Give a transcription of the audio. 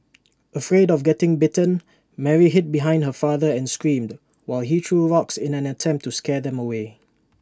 afraid of getting bitten Mary hid behind her father and screamed while he threw rocks in an attempt to scare them away